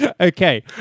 Okay